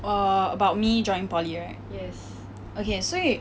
err about me joining poly right okay 所以